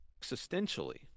existentially